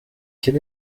quel